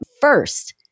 first